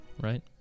Right